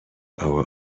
our